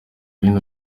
bindi